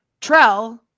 Trell